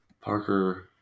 Parker